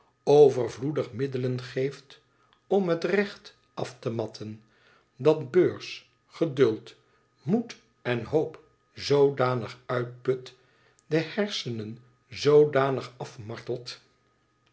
overvloedig middelen geeft om het recht af te matten dat beurs geduld moed en hoop zoodanig uitput de hersenen zoodanig